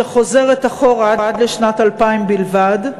שחוזרת אחורה עד לשנת 2000 בלבד,